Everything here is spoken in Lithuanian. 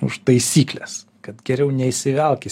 už taisykles kad geriau neįsivelk į